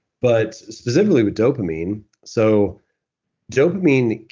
but specifically with dopamine. so dopamine,